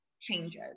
changes